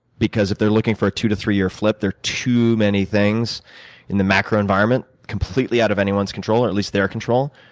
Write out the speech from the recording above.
because, if they're looking for a two to three-year flip, there are too many things in the macro environment, completely out of anyone's control at least their control,